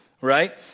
right